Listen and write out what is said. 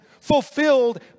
fulfilled